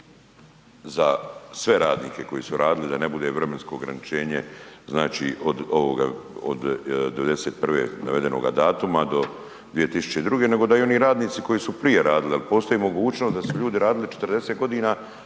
za sve radnike koji su radili, da ne bude vremensko ograničenje od '91. navedenoga datuma do 2002. nego da i oni radnici koji su prije radili jel postoji mogućnost da su ljudi radili 40 godina,